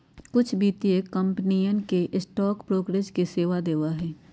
कुछ वित्तीय कंपनियन भी स्टॉक ब्रोकरेज के सेवा देवा हई